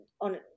on